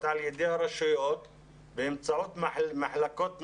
על-ידי הרשויות באמצעות מחלקות נוער,